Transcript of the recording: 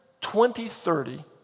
2030